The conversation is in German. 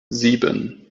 sieben